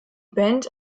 band